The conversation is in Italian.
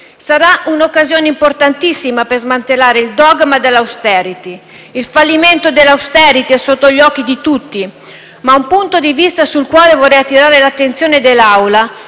Sarà un'occasione importantissima per smantellare il dogma dell'*austerity*. Il fallimento dell'*austerity* è sotto gli occhi di tutti, ma un punto di vista sul quale vorrei attirare l'attenzione dell'Assemblea è